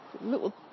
little